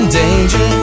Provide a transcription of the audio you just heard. danger